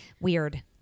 Weird